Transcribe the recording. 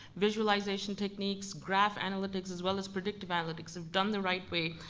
visualization techniques, graph analytics, as well as predictive analytics, and done the right way,